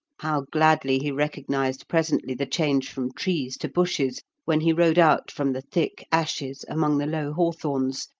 how gladly he recognised presently the change from trees to bushes, when he rode out from the thick ashes among the low hawthorns,